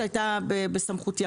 שהייתה בסמכותי.